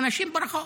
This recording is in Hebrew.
אנשים ברחוב.